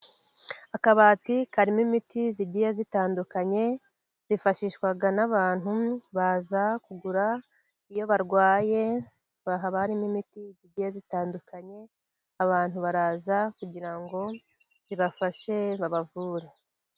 Akabati karimo imiti igiye itandukanye, yifashishwa n'abantu baza kugura iyo barwaye. Haba harimo imiti igiye itandukanye, abantu baraza kugira ngo ibafashe babavure.